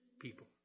people